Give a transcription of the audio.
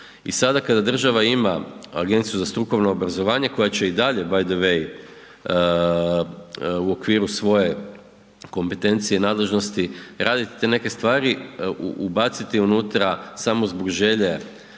I sada kada država ima Agenciju za strukovno obrazovanje koja će i dalje bay the way u okviru svoje kompetencije, nadležnosti raditi te neke stvari, ubaciti unutra samo zbog želje